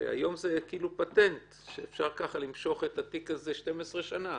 היום זה כאילו פטנט שמאפשר למשוך את התיק הזה 12 שנה.